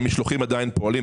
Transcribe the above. המשלוחים עדיין פועלים.